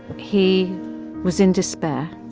he was in despair.